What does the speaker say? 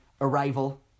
Arrival